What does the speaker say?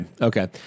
Okay